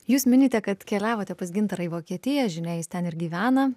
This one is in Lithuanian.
jūs minite kad keliavote pas gintarą į vokietiją žinia jis ten ir gyvena